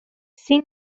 син